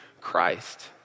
Christ